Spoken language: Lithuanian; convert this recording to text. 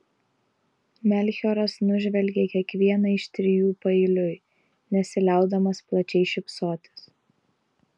melchioras nužvelgė kiekvieną iš trijų paeiliui nesiliaudamas plačiai šypsotis